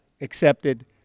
accepted